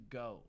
go